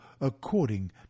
according